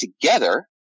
together